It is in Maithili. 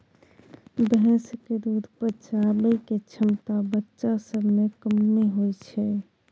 भैंस के दूध पचाबइ के क्षमता बच्चा सब में कम्मे होइ छइ